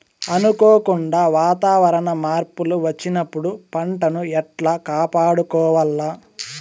అనుకోకుండా వాతావరణ మార్పులు వచ్చినప్పుడు పంటను ఎట్లా కాపాడుకోవాల్ల?